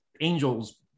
angels